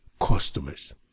customers